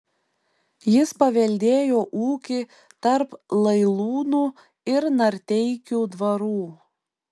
jis paveldėjo ūkį tarp lailūnų ir narteikių dvarų